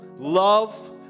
Love